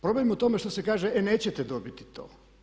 Problem je u tome što se kaže e nećete dobiti to.